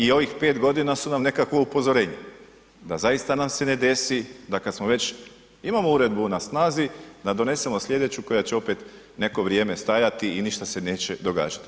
I ovih 5 godina su nam nekakvo upozorenje da zaista nam se ne desi da kada smo već, imamo uredbu na snazi, da donesemo sljedeću koja će opet neko vrijeme stajati i ništa se neće događati.